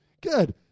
Good